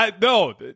No